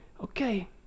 okay